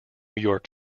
york